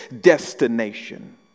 destination